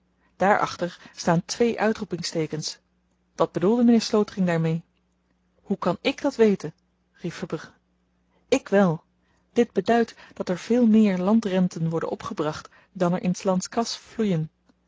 achter staan twee uitroepingsteekens wat bedoelde m'nheer slotering daarmee hoe kan ik dat weten riep verbrugge ik wel dit beduidt dat er veel meer landrenten worden opgebracht dan er in slands kas vloeien